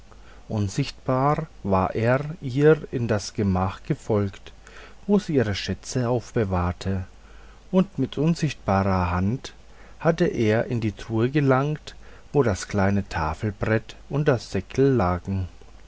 unsichtbar war er ihr in das gemach gefolgt wo sie ihre schätze aufbewahrte und mit unsichtbarer hand hatte er in die truhe gelangt wo das kleine tafelbrett und das säckel lagen